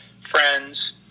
friends